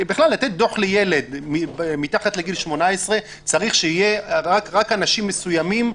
בכלל לתת דוח לילד מתחת לגיל 18 צריך שיהיו רק אנשים מסוימים,